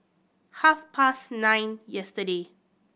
half past nine yesterday